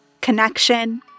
connection